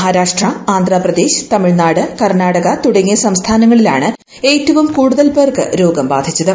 മഹാരാഷ്ട്ര ആന്ധ്രാപ്രദേശ് തമിഴ്നാട് കർണാടക തുടങ്ങിയ സംസ്ഥാനങ്ങളിലാണ് ഏറ്റവും കൂടുതൽ പേർക്ക് രോഗം ബാധിച്ചത്